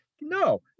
no